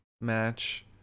match